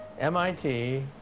MIT